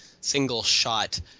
single-shot